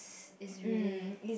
is really